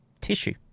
tissue